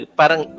parang